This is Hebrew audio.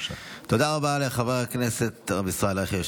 תודה רבה לחבר הכנסת הרב ישראל אייכלר,